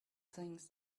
things